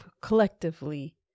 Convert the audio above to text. collectively